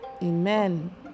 Amen